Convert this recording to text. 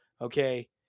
okay